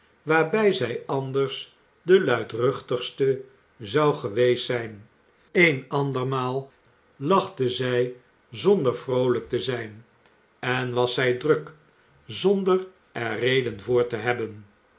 waarbij zij anders de luidruchtigste zou geweest zijn een andermaal lachte zij zonder vroolijk te zijn en was zij druk zonder er reden voor te hebben